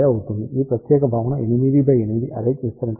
ఈ ప్రత్యేక భావన 8x8 అర్రే కి విస్తరించబడింది